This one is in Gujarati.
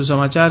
વધુ સમાચાર